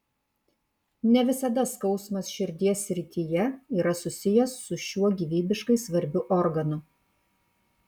ne visada skausmas širdies srityje yra susijęs su šiuo gyvybiškai svarbiu organu